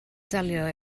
delio